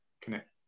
connect